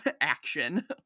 action